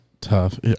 tough